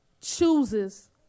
chooses